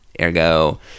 ergo